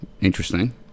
interesting